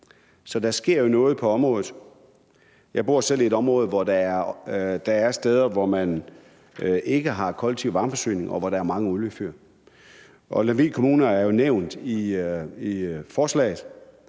Så der sker noget på området. Jeg bor selv i et område, hvor der er steder, hvor man ikke har kollektiv varmeforsyning, og hvor der er mange oliefyr. Lemvig Kommune er jo nævnt i forslaget.